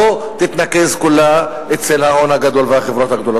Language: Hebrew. תתנקז כולה אצל ההון הגדול והחברות הגדולות.